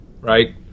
right